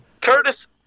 Curtis